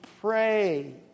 pray